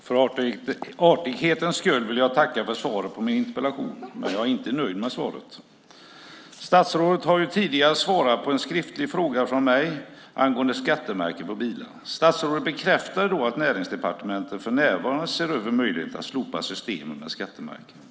Herr talman! För artighetens skull vill jag tacka för svaret på min interpellation, men jag är inte nöjd med svaret. Statsrådet har tidigare svarat på en skriftlig fråga från mig angående skattemärke på bilar. Statsrådet bekräftade då att Näringsdepartementet för närvarande ser över möjligheterna att slopa systemen med skattemärken.